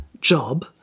job